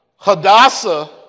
Hadassah